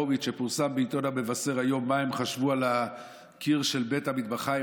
ופורסם היום בעיתון המבשר מה הם חשבו על הקיר של בית המטבחיים,